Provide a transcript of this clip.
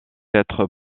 être